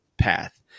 path